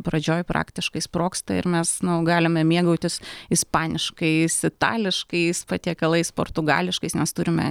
pradžioj praktiškai sprogsta ir mes nu galime mėgautis ispaniškais itališkais patiekalais portugališkais nes turime